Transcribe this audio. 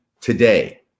today